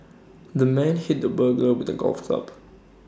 the man hit the burglar with A golf club